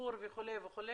וגישור וכו' וכו'?